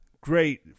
great